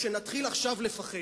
שנתחיל עכשיו לפחד,